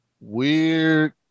weird